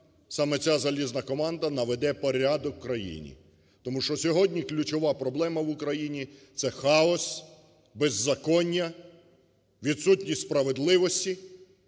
Саме ця залізна команда наведе порядок в країні. Тому що сьогодні ключова проблема в Україні – це хаос, беззаконня, відсутність справедливості